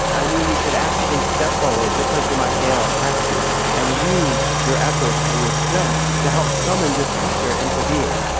i mean you should actively step forward just like you might hail a taxi and use your efforts and your strength to help summon this future into being.